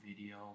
video